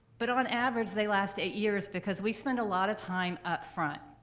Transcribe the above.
but on average they last eight years because we spend a lot of time up front,